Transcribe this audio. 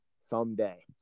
someday